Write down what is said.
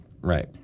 Right